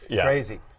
Crazy